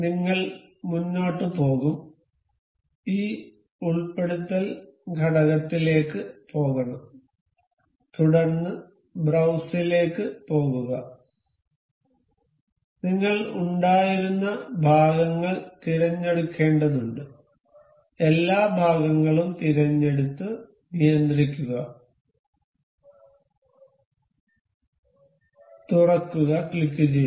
നിങ്ങൾ മുന്നോട്ട് പോകും ഈ ഉൾപ്പെടുത്തൽ ഘടകത്തിലേക്ക് പോകണം തുടർന്ന് ബ്രൌസിലേക്ക് പോകുക നിങ്ങൾ ഉണ്ടായിരുന്ന ഭാഗങ്ങൾ തിരഞ്ഞെടുക്കേണ്ടതുണ്ട് എല്ലാ ഭാഗങ്ങളും തിരഞ്ഞെടുത്ത് നിയന്ത്രിക്കുക തുറക്കുക ക്ലിക്കുചെയ്യുക